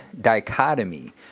dichotomy